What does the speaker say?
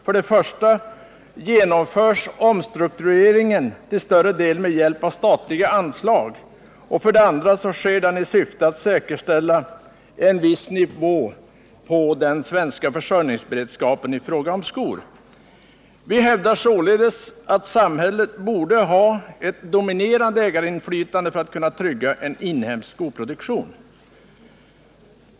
För det första genomförs omstruktureringen till större delen med hjälp av statliga anslag. Och för det andra sker den i syfte att säkerställa en viss nivå på den svenska försörjningsberedskapen i fråga om skor. Vi hävdar således att samhället borde ha ett dominerande ägarinflytande för att kunna trygga en inhemsk skoproduktion.